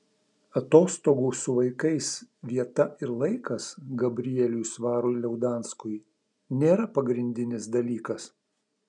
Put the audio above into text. atostogų su vaikais vieta ir laikas gabrieliui svarui liaudanskui nėra pagrindinis dalykas